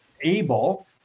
able